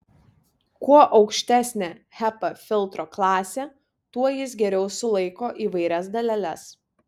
kuo aukštesnė hepa filtro klasė tuo jis geriau sulaiko įvairias daleles